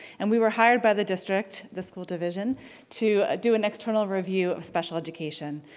and we were hired by the district, the school division to do an external review of special education.